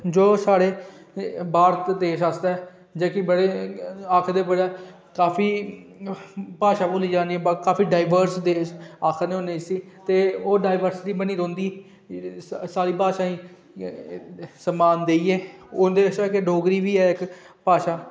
जो साढ़े भारत देश आस्तै जेह्के आखदे काफी भाशा बोल्ली जंदी ऐ काफी ड़ाईवर्स देश आक्खने होन्ने इसी ते ओह् ड़ाईवर्सटी बनी रौंह्दी सारी भाशाएं गी सम्मान देइयै उं'दे कशा डोगरी बी एह् इक भाशा